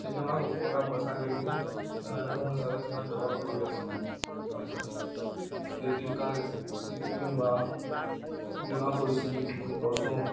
ସେ ଜମା କଲା ପଏସା କେ ବି ସେମାନେ ଋଣ ହିସାବରେ ସେମାନେ ଡବଲ୍ କରି କରି ଦେସନ୍ ପଏସା କ୍ରେଡିଟ୍ କାର୍ଡ଼୍ କିମ୍ବା ବୀମା ପଲିସି ଯେନ୍ କର୍ସୁ